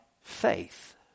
faith